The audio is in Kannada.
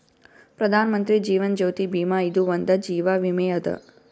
ಪ್ರಧಾನ್ ಮಂತ್ರಿ ಜೀವನ್ ಜ್ಯೋತಿ ಭೀಮಾ ಇದು ಒಂದ ಜೀವ ವಿಮೆ ಅದ